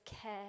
care